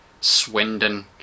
Swindon